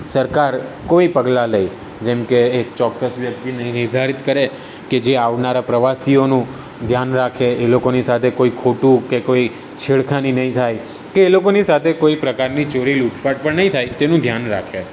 સરકાર કોઈ પગલાં લે જેમકે એક ચોક્કસ વ્યક્તિને નિર્ધારિત કરે કે જે આવનારા પ્રવાસીઓનું ધ્યાન રાખે એ લોકોની સાથે કોઈ ખોટું કે કોઈ છેડખાની નહીં થાય કે એ લોકોની સાથે કોઈ પ્રકારની ચોરી લૂંટફાટ પણ નહીં થાય તેનું ધ્યાન રાખે